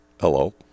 Hello